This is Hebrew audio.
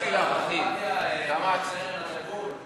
היחיד שהיה לך, לא רציתי להרחיב.